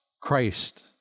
Christ